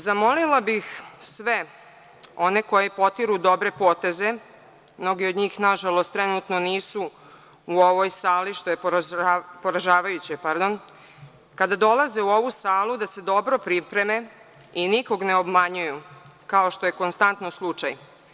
Zamolila bih sve one koji potiru dobre poteze, mnogi od njih nažalost trenutno nisu u ovoj sali, što je poražavajuće, kada dolaze u ovu salu da se dobro pripreme i nikoga ne obmanjuju, kao što je konstantno slučaj.